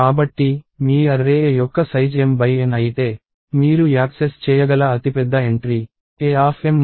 కాబట్టి మీ array A యొక్క సైజ్ m x n అయితే మీరు యాక్సెస్ చేయగల అతిపెద్ద ఎంట్రీ Am 1n 1 అవుతుంది